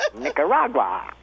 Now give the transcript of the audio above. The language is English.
Nicaragua